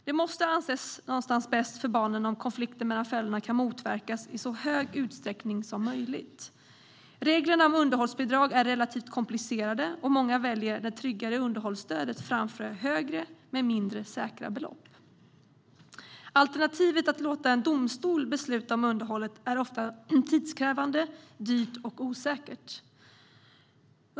Det måste någonstans anses bäst för barnen om konflikter mellan föräldrarna kan motverkas i så stor utsträckning som möjligt. Reglerna om underhållsbidrag är relativt komplicerade, och många väljer det tryggare underhållsstödet framför högre men mindre säkra belopp. Alternativet att låta en domstol besluta om underhållet är oftast tidskrävande, dyrt och osäkert.